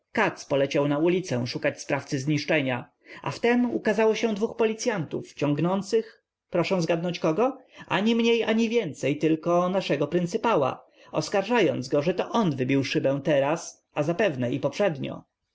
poleciał na ulicę szukać sprawcy zniszczenia a wtem ukazało się dwu policyantów ciągnących proszę zgadnąć kogo ani mniej ani więcej tylko naszego pryncypała oskarżając go że to on wybił szybę teraz a zapewne i poprzednio